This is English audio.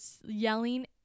yelling